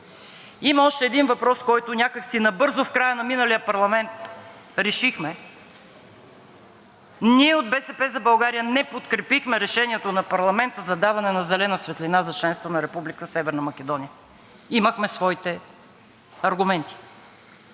Има още един въпрос, който някак си набързо в края на миналия парламент решихме – ние от „БСП за България“ не подкрепихме решението на парламента за даване на зелена светлина за членство на Република Северна Македония. Имахме своите аргументи.